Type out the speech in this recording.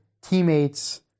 teammates